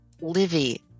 Livy